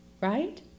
right